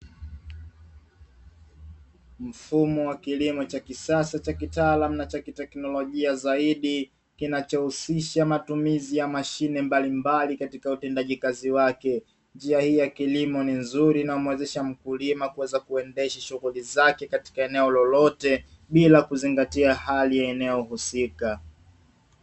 Mfumo wa kilimo cha kisasa cha kitaalamu na chaki teknolojia zaidi kinachohusisha matumizi ya mashine mbalimbali katika utendaji kazi wake, njia hii ni nzuri inayomuwezesha mkulima kuweza kuendesha shughuli zake katika eneo lolote bila kuzingatia hali ya eneo husika.